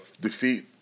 defeat